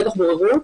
בטח בוררות.